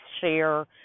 share